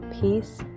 peace